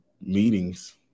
meetings